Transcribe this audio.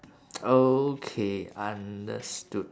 okay understood